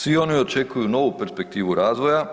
Svi oni očekuju novu perspektivu razvoja,